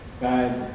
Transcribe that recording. God